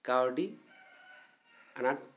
ᱠᱟᱹᱣᱰᱤ ᱟᱱᱟᱴ